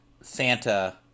santa